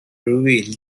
reveal